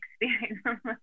experience